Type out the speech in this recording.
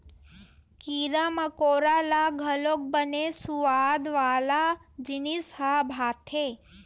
कीरा मकोरा ल घलोक बने सुवाद वाला जिनिस ह भाथे